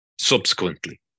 subsequently